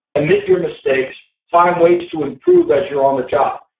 admit your mistakes, find ways to improve as you're on the job?